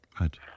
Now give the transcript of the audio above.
Right